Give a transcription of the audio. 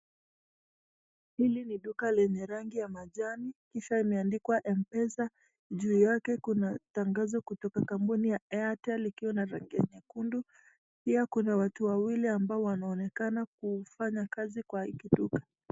Hili ni duka lenye rangi ya majani kisha imeandikwa mpesa, juu yake kuna tangazo kutoka kampuni ya Airtel ikiwa na rangi ya nyekundu pia kuna watu wawili ambao wanaonekana kufanya kazi kwa hili duka.